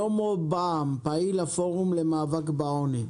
שלמה בעהם, פעיל הפורום למאבק בעוני.